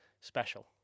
special